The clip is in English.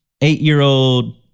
eight-year-old